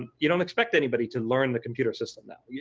ah you don't expect anybody to learn the computer system now. you